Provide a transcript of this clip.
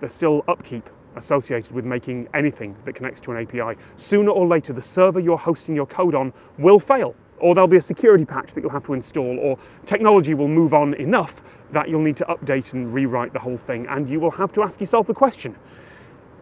there's still upkeep associated with making anything that connects to an api. sooner or later, the server you're hosting your code on will fail, or there'll security patch that you'll have to install, or technology will move on enough that you'll need to update and rewrite the whole thing, and you will have to ask yourself the question